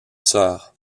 sœurs